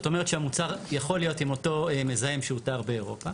זאת אומרת שהמוצר יכול להיות עם אותו מזהם שהותר באירופה.